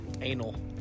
Anal